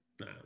no